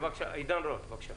עידן רול, בבקשה.